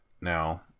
now